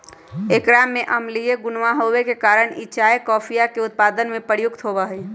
एकरा में अम्लीय गुणवा होवे के कारण ई चाय कॉफीया के उत्पादन में प्रयुक्त होवा हई